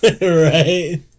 Right